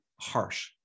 harsh